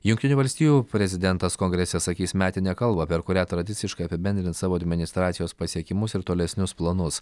jungtinių valstijų prezidentas kongrese sakys metinę kalbą per kurią tradiciškai apibendrins savo administracijos pasiekimus ir tolesnius planus